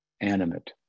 animate